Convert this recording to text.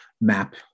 map